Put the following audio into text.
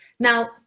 Now